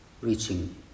reaching